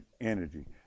energy